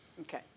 Okay